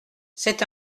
c’est